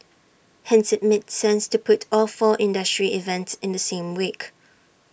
hence IT made sense to put all four industry events in the same week